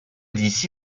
d’ici